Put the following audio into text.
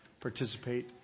participate